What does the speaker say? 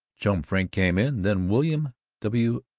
chum frink came in, then william w.